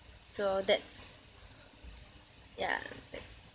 so that's yeah